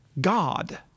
God